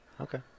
Okay